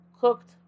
cooked